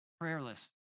prayerless